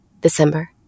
December